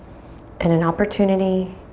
and an opportunity